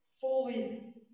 fully